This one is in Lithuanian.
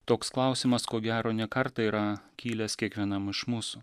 toks klausimas ko gero ne kartą yra kilęs kiekvienam iš mūsų